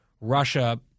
Russia